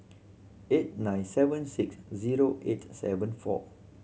eight nine seven six zero eight seven four